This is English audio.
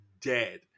dead